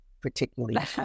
particularly